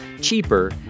cheaper